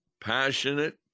passionate